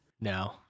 No